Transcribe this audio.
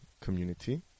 community